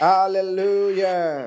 Hallelujah